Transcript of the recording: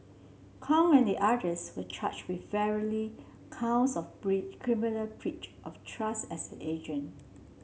Kong and the others were charged with varying counts of criminal breach of trust as an agent